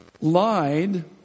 lied